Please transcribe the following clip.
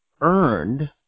earned